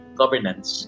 governance